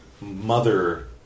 mother